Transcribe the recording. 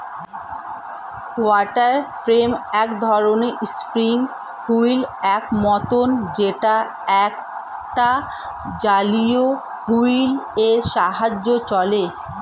water frame এক ধরণের spinning wheel এর মতন যেটা একটা জলীয় হুইল এর সাহায্যে চলে